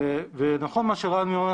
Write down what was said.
נכון מה שרן אמר,